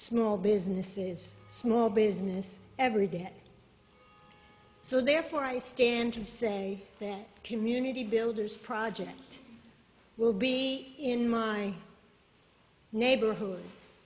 small businesses small business every day so therefore i stand to say that community builders project will be in my neighborhood